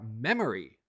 memory